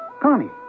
Connie